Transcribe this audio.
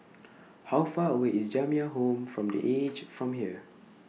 How Far away IS Jamiyah Home from The Aged from here